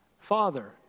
Father